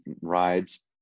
rides